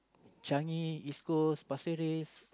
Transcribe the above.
Changi East-Coast Pasir-Ris